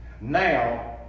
Now